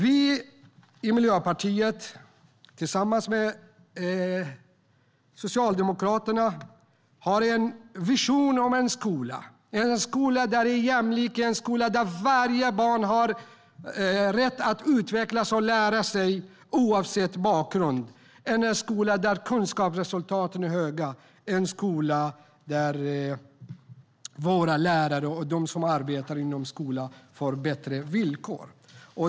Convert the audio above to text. Vi i Miljöpartiet har tillsammans med Socialdemokraterna en vision om en skola som är jämlik, en skola där varje barn har rätt att utvecklas och lära sig, oavsett bakgrund, en skola där kunskapsresultaten är höga, en skola där lärarna och de som arbetar inom skolan får bättre villkor.